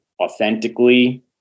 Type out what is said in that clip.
authentically